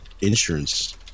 insurance